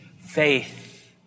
faith